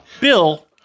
Bill